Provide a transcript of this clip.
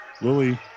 Lily